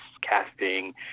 casting